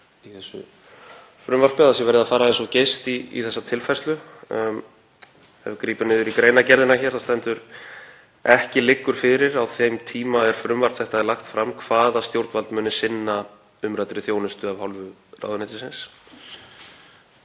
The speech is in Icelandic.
þessu frumvarpi, að verið sé að fara aðeins of geyst í þessa tilfærslu. Ef við grípum niður í greinargerðina þá stendur: „Ekki liggur fyrir, á þeim tíma er frumvarp þetta er lagt fram, hvaða stjórnvald muni sinna umræddri þjónustu af hálfu ráðuneytisins.“